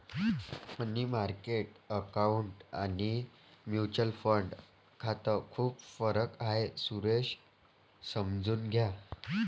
मनी market account आणि mutual fund यात खूप फरक आहे, सुरेश समजून घ्या